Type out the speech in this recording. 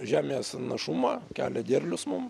žemės našumą kelia derlius mum